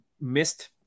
missed